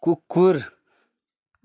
कुकुर